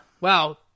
Wow